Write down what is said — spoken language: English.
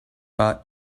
but